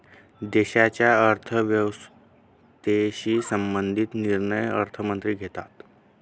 देशाच्या अर्थव्यवस्थेशी संबंधित निर्णय अर्थमंत्री घेतात